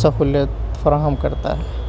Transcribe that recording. سہولت فراہم کرتا ہے